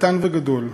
קטן וגדול,